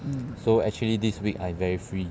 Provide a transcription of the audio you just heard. so actually this week I'm very free